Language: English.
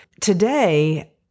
Today